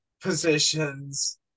positions